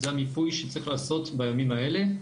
זה המיפוי שצריך לעשות בימים האלה.